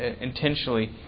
intentionally